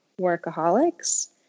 workaholics